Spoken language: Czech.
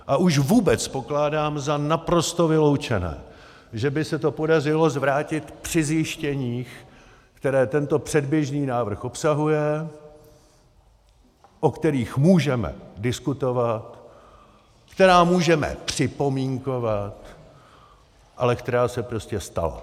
A už vůbec pokládám za naprosto vyloučené, že by se to podařilo zvrátit při zjištěních, která tento předběžný návrh obsahuje, o kterých můžeme diskutovat, která můžeme připomínkovat, ale která se prostě stala.